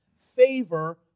favor